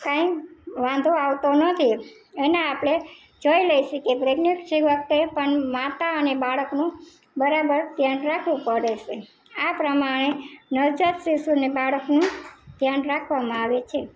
કાંઇ વાંધો આવતો નથી એને આપણે જોઈ લઈએ છીએ કે પ્રેગ્નન્સી વખતે પણ માતાને બાળકનું બરાબર ધ્યાન રાખવું પડે છે આ પ્રમાણે નવજાત શિશુને બાળકનું ધ્યાન રાખવામાં આવે છે